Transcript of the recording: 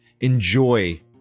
Enjoy